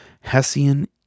Hessian